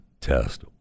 test